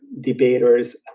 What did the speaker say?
debaters